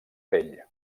pell